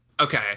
Okay